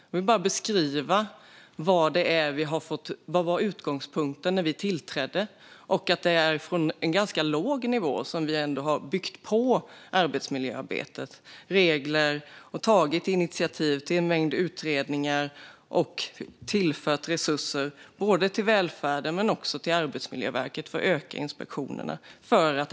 Jag har beskrivit vad utgångspunkten var när vi tillträdde, och vi har från en låg nivå byggt på arbetsmiljöarbetet med regler, tagit initiativ till en mängd utredningar och tillfört resurser till välfärden och Arbetsmiljöverket för att öka mängden inspektioner.